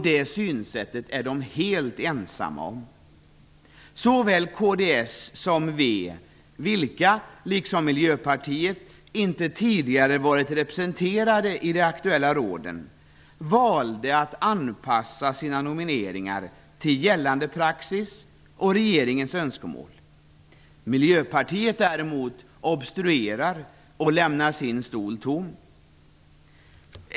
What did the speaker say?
Det synsättet är man helt ensam om. Såväl kds som v, vilka liksom Miljöpartiet inte tidigare varit representerade i de aktuella råden, valde att anpassa sina nomineringar till gällande praxis och regeringens önskemål. Miljöpartiet däremot obstruerar och lämnar sin stol tom.